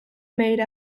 made